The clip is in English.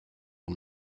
and